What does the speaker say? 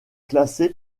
classé